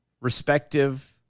respective